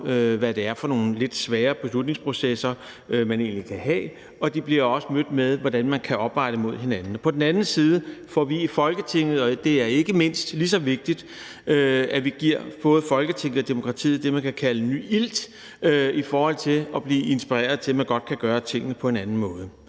hvad det er for nogle lidt svære beslutningsprocesser, man egentlig kan have, og de bliver også mødt med, hvordan man kan opveje tingene mod hinanden. På den anden side giver vi – og det er mindst lige så vigtigt – både Folketinget og demokratiet det, man kan kalde ny ilt, i forhold til at blive inspireret til, at man godt kan gøre tingene på en anden måde.